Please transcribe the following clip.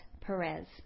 Perez